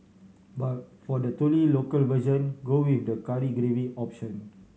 but for the truly local version go with the curry gravy option